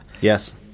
yes